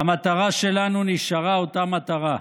"המטרה שלנו נשארה אותה מטרה,